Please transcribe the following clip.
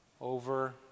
over